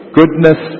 goodness